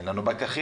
אין לנו פקחים.